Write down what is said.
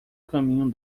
caminho